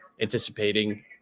anticipating